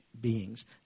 beings